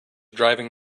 driving